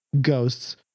ghosts